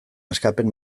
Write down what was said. askapen